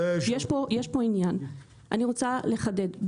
אני רוצה לחדד,